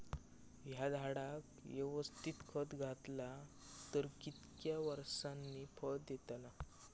हया झाडाक यवस्तित खत घातला तर कितक्या वरसांनी फळा दीताला?